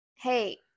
hey